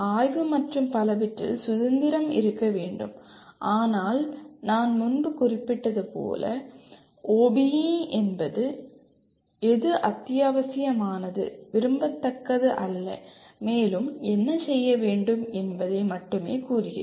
ஆய்வு மற்றும் பலவற்றில் சுதந்திரம் இருக்க வேண்டும் ஆனால் நான் முன்பு குறிப்பிட்டது போல் OBE என்பது எது அத்தியாவசியமானது விரும்பத்தக்கது அல்ல மேலும் என்ன செய்ய முடியும் என்பதை மட்டுமே கூறுகிறது